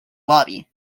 lobby